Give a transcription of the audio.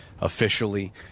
officially